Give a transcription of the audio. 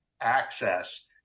access